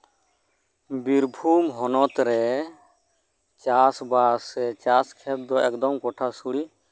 ᱵᱤᱨᱵᱷᱩᱢ ᱦᱚᱱᱚᱛᱨᱮ ᱪᱟᱥᱵᱟᱥ ᱥᱮ ᱪᱟᱥ ᱠᱷᱮᱛ ᱫᱚ ᱮᱠᱫᱚᱢ ᱜᱚᱴᱷᱟᱥᱩᱲᱤ